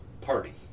party